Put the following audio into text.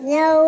no